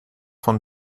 von